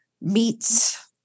meets